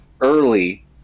early